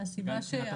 מהסיבה ש --- כן,